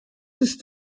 ist